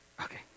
Okay